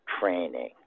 training